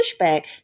pushback